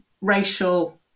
racial